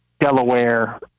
Delaware